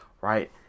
right